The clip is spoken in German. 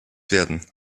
werden